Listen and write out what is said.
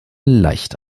leicht